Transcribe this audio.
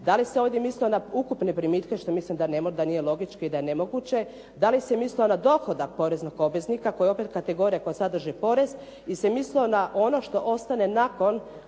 Da li se ovdje mislilo na ukupne primitke što mislim da nije logički i da je nemoguće. Da li se mislilo na dohodak poreznog obveznika koja je opet kategorija koja sadrži porez, ili se mislilo na ono što ostane nakon